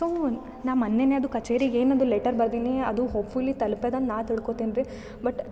so ನಾ ಮೊನ್ನೆನೇ ಅದು ಕಚೇರಿಗೆ ಏನದು ಲೆಟರ್ ಬರ್ದಿನಿ ಅದು ಹೋಪ್ಫುಲಿ ತಲುಪೋದ್ ಅಂತ ನಾ ತಿಳ್ಕೊತೀನಿ ರೀ ಬಟ್